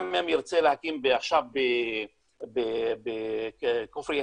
גם אם ירצה להקים עכשיו בכפר יאסיף,